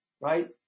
right